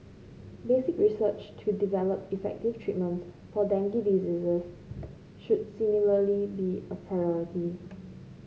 basic research to develop effective treatments for dengue diseases should similarly be a priority